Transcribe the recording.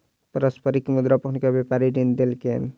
पारस्परिक मुद्रा पर हुनका व्यापारी ऋण देलकैन